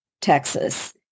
Texas